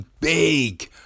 big